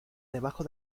debajo